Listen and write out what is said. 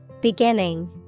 Beginning